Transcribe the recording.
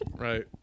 Right